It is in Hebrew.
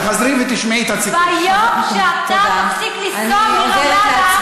אתה מסית מתוך כנסת ישראל.